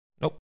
Nope